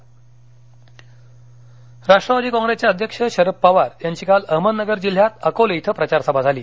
शरद पवार अहमदनगर जालना राष्ट्रवादी काँग्रेसचे अध्यक्ष शरद पवार यांची काल अहमदनगर जिल्ह्यात अकोले इथं प्रचार सभा झाली